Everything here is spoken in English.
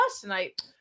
tonight